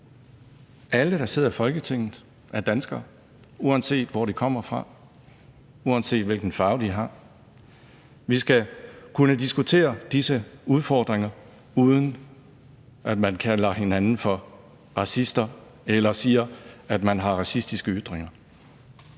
Alle, der sidder i Folketinget, er danskere, uanset hvor de kommer fra, uanset hvilken farve de har. Vi skal kunne diskutere disse udfordringer, uden at man kalder hinanden for racister eller siger, at det er racistiske ytringer.